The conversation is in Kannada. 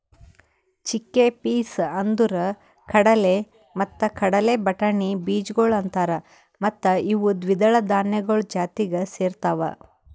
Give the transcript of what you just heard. ಚಿಕ್ಕೆಪೀಸ್ ಅಂದುರ್ ಕಡಲೆ ಮತ್ತ ಕಡಲೆ ಬಟಾಣಿ ಬೀಜಗೊಳ್ ಅಂತಾರ್ ಮತ್ತ ಇವು ದ್ವಿದಳ ಧಾನ್ಯಗಳು ಜಾತಿಗ್ ಸೇರ್ತಾವ್